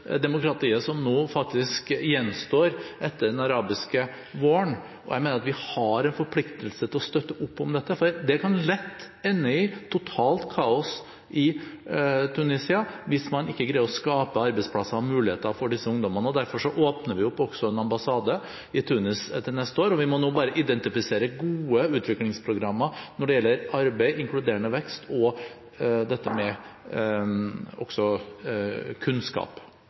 demokratiet er det eneste demokratiet som nå faktisk gjenstår etter den arabiske våren, og jeg mener vi har en forpliktelse til å støtte opp om dette, for det kan lett ende i totalt kaos i Tunisia hvis man ikke greier å skape arbeidsplasser og muligheter for disse ungdommene. Derfor åpner vi også en ambassade i Tunis til neste år, og vi må nå bare identifisere gode utviklingsprogrammer når det gjelder arbeid, inkluderende vekst og kunnskap. Det er svært viktig det som utenriksministeren nå sier. Jeg vil også